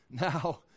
now